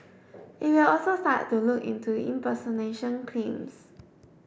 it will also start to look into impersonation